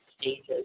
stages